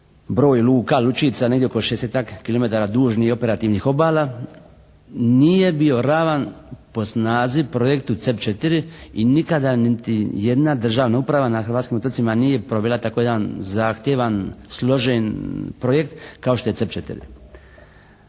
broj luka, lučica. Negdje oko 60-tak kilometra dužnih operativnih obala nije bio ravan po snazi projektu «CEP 4» i nikada niti jedna državna uprava na hrvatskim otocima nije provela tako jedan zahtjevan, složen projekt kao što je «CEP